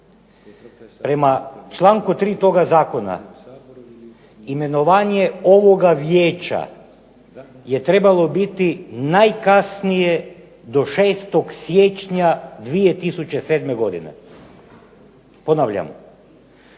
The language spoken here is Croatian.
Prema čl. 3. toga zakona imenovanje ovoga vijeća je trebalo biti najkasnije do 6. siječnja 2007. godine. Ponavljam,